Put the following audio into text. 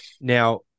Now